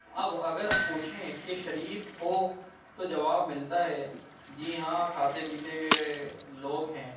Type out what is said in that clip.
اب اگر پوچھیں کہ شریف ہو تو جواب ملتا ہے جی ہاں کھاتے پیتے لوگ ہیں